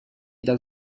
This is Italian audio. dal